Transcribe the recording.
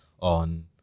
on